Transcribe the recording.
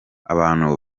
abantu